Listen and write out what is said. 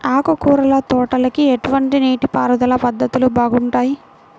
ఆకుకూరల తోటలకి ఎటువంటి నీటిపారుదల పద్ధతులు బాగుంటాయ్?